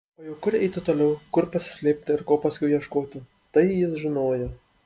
o jau kur eiti toliau kur pasislėpti ir ko paskiau ieškoti tai jis žinojo